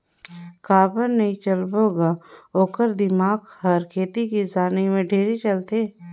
काबर नई चलबो ग ओखर दिमाक हर खेती किसानी में ढेरे चलथे